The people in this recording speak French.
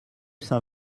saint